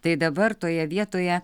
tai dabar toje vietoje